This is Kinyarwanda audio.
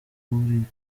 gahunda